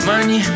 money